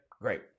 Great